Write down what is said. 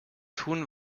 tun